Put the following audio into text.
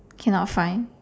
cannot find